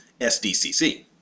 SDCC